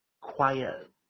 quiet